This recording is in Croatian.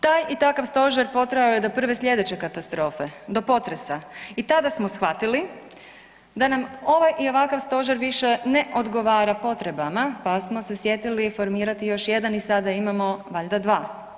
Taj i takav stožer potrajao je do prve sljedeće katastrofe, do potresa i tada smo svhatili da nam ovaj i ovakav stožer više ne odgovara potrebama pa smo se sjetili formirati još jedan i sada imamo valjda dva.